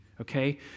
okay